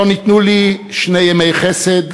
לא ניתנו לי שני ימי חסד,